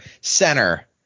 center